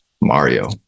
Mario